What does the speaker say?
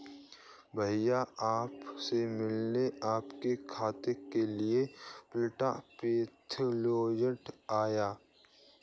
भैया आप से मिलने आपके खेत के लिए प्लांट पैथोलॉजिस्ट आया है